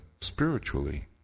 spiritually